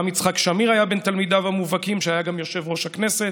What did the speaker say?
גם יצחק שמיר היה בין תלמידיו המובהקים והיה גם יושב-ראש הכנסת,